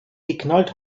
geknallt